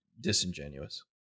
disingenuous